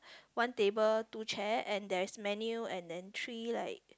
one table two chairs and there is menu and then three like